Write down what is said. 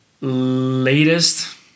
latest